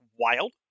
wild